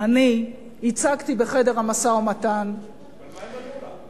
אני הצגתי בחדר המשא, אבל מה הם ענו לך?